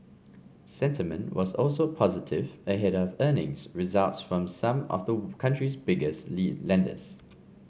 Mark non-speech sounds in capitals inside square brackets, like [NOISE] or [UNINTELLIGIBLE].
sentiment was also positive ahead of earnings results from some of the [UNINTELLIGIBLE] country's biggest lead lenders